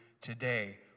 today